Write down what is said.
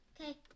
Okay